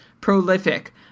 prolific